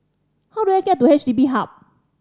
how do I get to H D B Hub